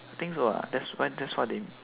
I think so ah that's what that what they